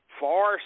far